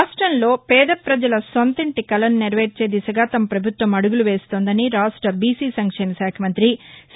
రాష్టంలో పేద ప్రజల సొంతింటి కలను నెరవేర్చే దిశగా తమ పభుత్వం అడుగులు వేస్తోందని రాష్ట బీసీ సంక్షేమ శాఖ మంతి సి